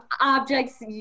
objects